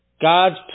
God's